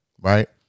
Right